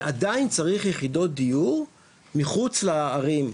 ועדיין צריך יחידות דיור מחוץ לערים,